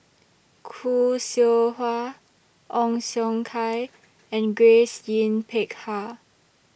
Khoo Seow Hwa Ong Siong Kai and Grace Yin Peck Ha